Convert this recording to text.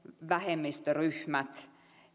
vähemmistöryhmät